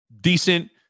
decent